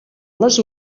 les